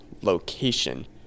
location